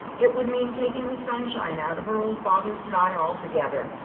it would mean taking the sunshine out of her old father's sky altogether,